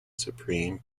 supreme